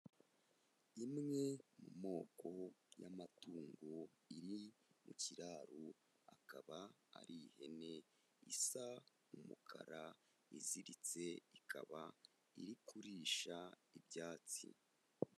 Imwe mu moko y'amatungo iri mu kiraro, akaba ari ihene isa umukara, iziritse ikaba iri kurisha ibyatsi.